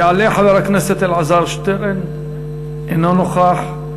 יעלה חבר הכנסת אלעזר שטרן, אינו נוכח.